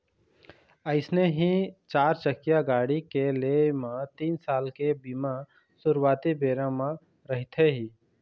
अइसने ही चारचकिया गाड़ी के लेय म तीन साल के बीमा सुरुवाती बेरा म रहिथे ही